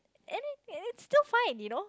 and then it's still fine you know